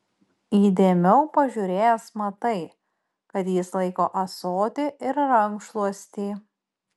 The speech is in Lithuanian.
įdėmiau pažiūrėjęs matai kad jis laiko ąsotį ir rankšluostį